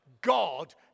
God